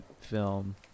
film